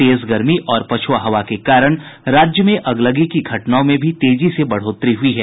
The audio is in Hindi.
तेज गर्मी और पछुआ हवा के कारण राज्य में अगलगी की घटनाओं में भी तेजी से बढोतरी हुई है